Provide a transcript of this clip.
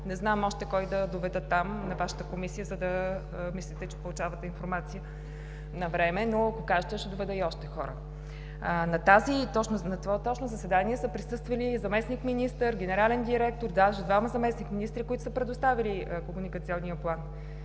Не знам още кой да доведа на Вашата Комисия, за да мислите, че получавате информация навреме, но ако кажете ще доведа и още хора. На точно това заседание са присъствали заместник-министър, генерален директор, даже двама заместник-министри, които са предоставили комуникационния план.